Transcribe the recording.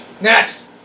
Next